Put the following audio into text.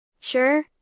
Sure